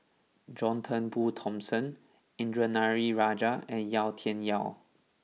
John Turnbull Thomson Indranee Rajah and Yau Tian Yau